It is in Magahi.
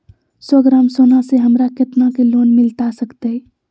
सौ ग्राम सोना से हमरा कितना के लोन मिलता सकतैय?